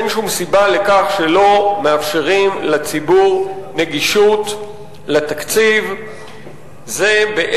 אין שום סיבה לכך שלא מאפשרים נגישות של התקציב לציבור.